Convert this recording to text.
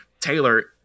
Taylor